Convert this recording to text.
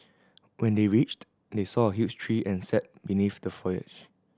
when they reached they saw a huge tree and sat beneath the foliage